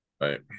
right